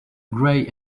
gray